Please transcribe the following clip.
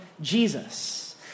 Jesus